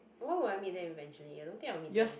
why would I meet them eventually I don't think I would meet them